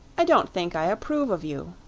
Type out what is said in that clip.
i don't think i approve of you.